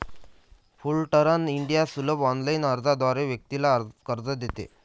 Fullerton India सुलभ online अर्जाद्वारे व्यक्तीला कर्ज देते